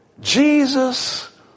Jesus